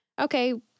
okay